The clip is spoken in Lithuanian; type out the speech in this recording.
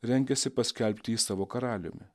rengėsi paskelbti jį savo karaliumi